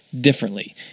differently